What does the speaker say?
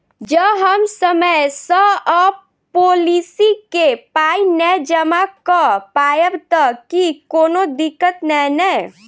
जँ हम समय सअ पोलिसी केँ पाई नै जमा कऽ पायब तऽ की कोनो दिक्कत नै नै?